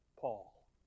Paul